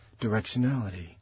directionality